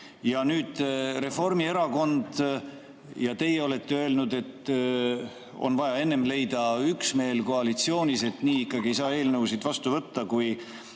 Nüüd Reformierakond ja teie olete öelnud, et on vaja enne leida üksmeel koalitsioonis, et nii ikkagi ei saa eelnõusid vastu võtta, kui